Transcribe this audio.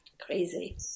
crazy